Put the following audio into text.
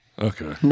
Okay